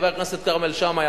חבר הכנסת כרמל שאמה,